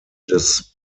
des